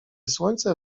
słońce